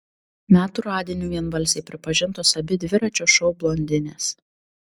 metų radiniu vienbalsiai pripažintos abi dviračio šou blondinės